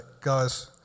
Guys